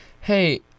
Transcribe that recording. hey